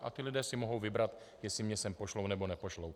A lidé si mohou vybrat, jestli mě sem pošlou, nebo nepošlou.